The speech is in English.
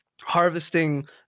harvesting